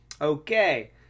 Okay